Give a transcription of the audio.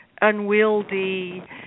unwieldy